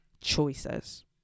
choices